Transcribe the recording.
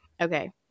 Okay